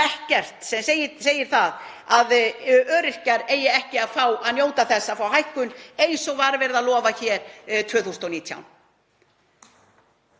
ekkert sem segir að öryrkjar eigi ekki að fá að njóta þess að fá hækkun eins og var verið að lofa hér 2019.